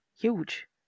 huge